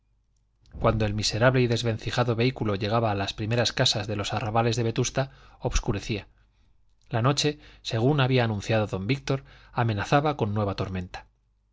cuando el miserable y desvencijado vehículo llegaba a las primeras casas de los arrabales de vetusta obscurecía la noche según había anunciado don víctor amenazaba con nueva tormenta